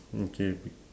okay